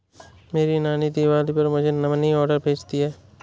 मेरी नानी दिवाली पर मुझे मनी ऑर्डर भेजती है